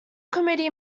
committee